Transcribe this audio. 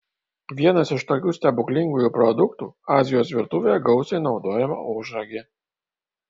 vienas iš tokių stebuklingųjų produktų azijos virtuvėje gausiai naudojama ožragė